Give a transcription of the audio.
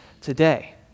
today